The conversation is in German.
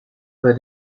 bei